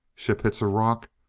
ship hits a rock,